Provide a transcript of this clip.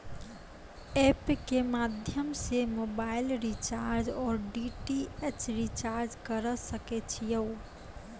App के माध्यम से मोबाइल रिचार्ज ओर डी.टी.एच रिचार्ज करऽ सके छी यो?